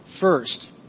First